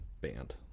band